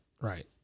right